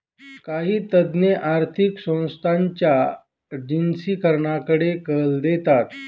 काही तज्ञ आर्थिक संस्थांच्या जिनसीकरणाकडे कल देतात